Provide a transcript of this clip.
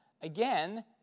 again